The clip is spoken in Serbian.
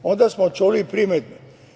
Onda smo čuli primedbe.